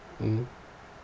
mmhmm